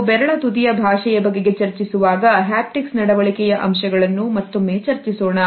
ನಾವು ಬೆರಳ ತುದಿಯ ಭಾಷೆಯ ಬಗೆಗೆ ಚರ್ಚಿಸುವಾಗ ಹ್ಯಾಪ್ಟಿಕ್ಸ್ ನಡವಳಿಕೆಯ ಅಂಶಗಳನ್ನು ಮತ್ತೊಮ್ಮೆ ಚರ್ಚಿಸೋಣ